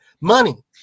money